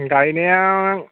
गायनाया